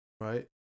right